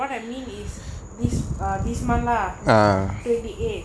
what I mean is this err this month lah twenty eight